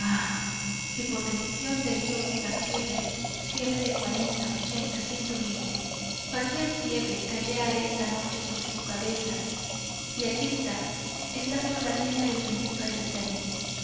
si por bendición de dios la fiebre fiebre de cualquier fiebre cayera esta noche sobre su cabeza y aquí está esta sola línea del bendito ayestarain delirio de